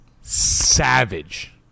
Savage